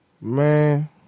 Man